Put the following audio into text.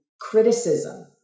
criticism